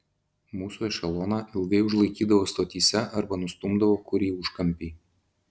mūsų ešeloną ilgai užlaikydavo stotyse arba nustumdavo kur į užkampį